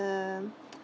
the